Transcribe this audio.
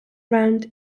around